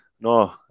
no